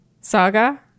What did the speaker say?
saga